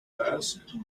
asked